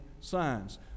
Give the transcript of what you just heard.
signs